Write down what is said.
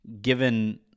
given